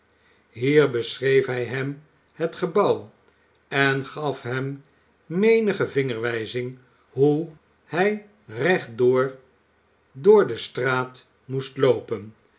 hier beschreef hij hem het gebouw en gaf hem menige vingerwijzing hoe hij rechtdoor door de straat moest loopen